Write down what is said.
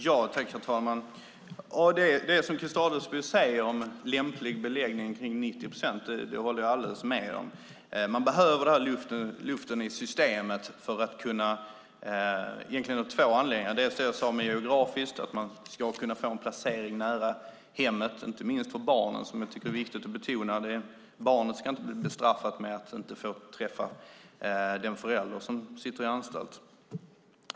Herr talman! Det som Christer Adelsbo säger om att en lämplig beläggning är kring 90 procent håller jag helt med om. Man behöver ha luft i systemet av två anledningar. Det handlar för det första om det geografiska, det vill säga att man ska kunna få en placering nära hemmet, inte minst för barnens skull vilket jag tycker är viktigt att betona. Barnen ska inte bestraffas med att inte få träffa den förälder som sitter på anstalt.